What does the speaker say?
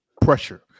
pressure